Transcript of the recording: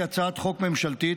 שהיא הצעת חוק ממשלתית,